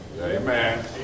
Amen